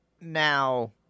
Now